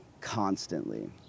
constantly